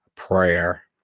prayer